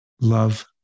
love